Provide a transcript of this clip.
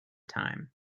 time